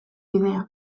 bidea